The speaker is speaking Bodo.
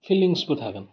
फिलिंसफोर थागोन